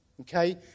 Okay